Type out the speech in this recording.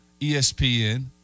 ESPN